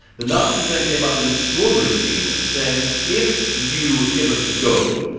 the nazis then came up with an extraordinary scheme saying if you give us the gold,